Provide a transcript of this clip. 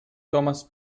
thomas